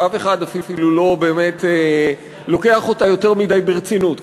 אף אחד אפילו לא באמת לוקח אותה יותר מדי ברצינות,